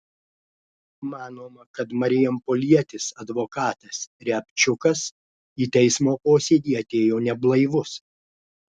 manoma kad marijampolietis advokatas riabčiukas į teismo posėdį atėjo neblaivus